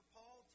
Paul